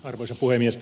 arvoisa puhemies